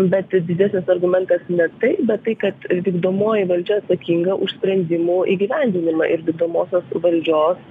bet didesnis argumentas ne tai bet tai kad vykdomoji valdžia atsakinga už sprendimų įgyvendinimą ir dedamosios valdžios